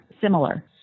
similar